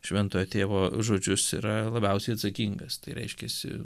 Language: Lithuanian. šventojo tėvo žodžius yra labiausiai atsakingas tai reiškiasi